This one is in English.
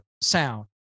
sound